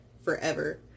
forever